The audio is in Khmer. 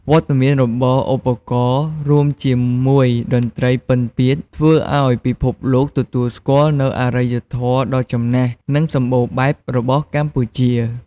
វត្តមានរបស់ឧបករណ៍ រួមជាមួយតន្ត្រីពិណពាទ្យ ធ្វើឱ្យពិភពលោកទទួលស្គាល់នូវអរិយធម៌ដ៏ចំណាស់ និងសម្បូរបែបរបស់កម្ពុជា។